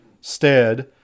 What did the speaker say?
stead